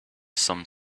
some